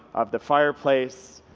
of the fireplace